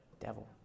devil